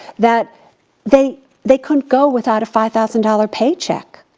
that they they couldn't go without a five thousand dollars paycheck.